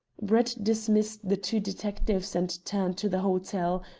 brett dismissed the two detectives and returned to the hotel,